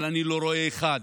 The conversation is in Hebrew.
אבל אני לא רואה אחד